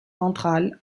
ventrale